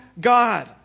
God